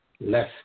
less